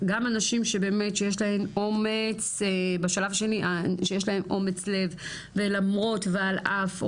גם נשים שבאמת שיש להם אומץ לב ולמרות ועל אף,